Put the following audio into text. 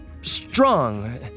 strong